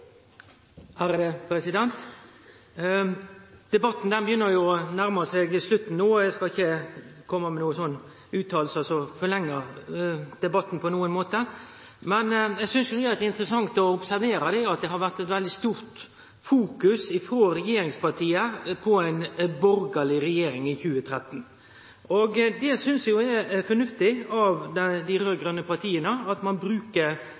eg skal ikkje kome med utsegner som på nokon måte forlengjer han. Men eg synest det har vore interessant å observere at det frå regjeringspartia har vore eit stort fokus på ei borgarleg regjering i 2013. Eg synest det er fornuftig av dei